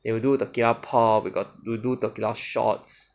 they will do the beer pot we got we will do tequila shots